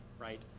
right